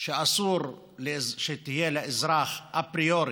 שאסור שתהיה לאזרח, אפריורי,